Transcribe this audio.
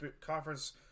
conference